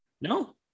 No